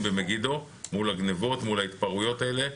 במגידו מול הגניבות וההתפרעויות האלה.